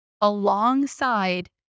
alongside